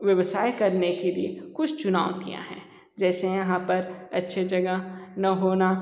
व्यवसाय करने के लिए कुछ चुनौतियां है जैसे यहाँ पर अच्छे जगह न होना